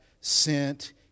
sent